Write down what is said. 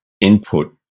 input